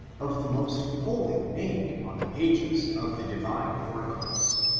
of the most holy named on the pages of the divine oracles.